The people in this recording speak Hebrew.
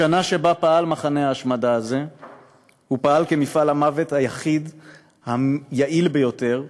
בשנה שבה פעל מחנה ההשמדה הזה הוא פעל כמפעל המוות היעיל ביותר,